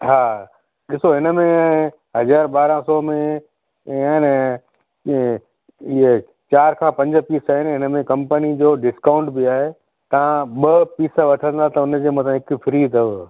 हा ॾिसो हिनमें हज़ार ॿारहं सौ में ईअं आहिनि इहे चारि खां पंज पीस आहिनि इनमें कंपनी जो डिस्काउंट बि आहे तव्हां ॿ पीस वठंदा त उनजे मथां हिक फ़्री अथव